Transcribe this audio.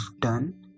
done